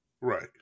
Right